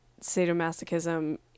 sadomasochism